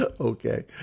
Okay